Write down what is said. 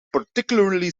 particularly